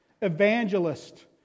evangelist